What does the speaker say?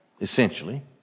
essentially